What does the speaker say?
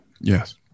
Yes